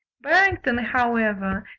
barrington, however,